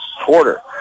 quarter